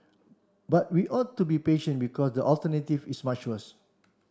but we ought to be patient because the alternative is much worse